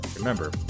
Remember